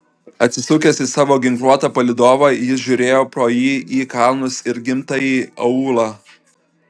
atsisukęs į savo ginkluotą palydovą jis žiūrėjo pro jį į kalnus ir gimtąjį aūlą